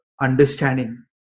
understanding